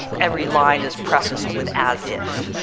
every line is prefaced with as if.